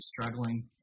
struggling